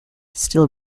still